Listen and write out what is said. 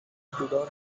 tudor